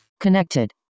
connected